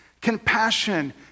compassion